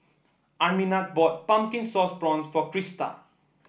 Arminta bought Pumpkin Sauce Prawns for Krista